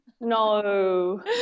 No